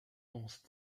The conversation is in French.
pense